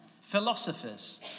philosophers